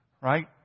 Right